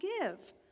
give